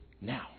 Now